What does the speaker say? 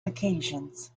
occasions